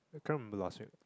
cannot remember last week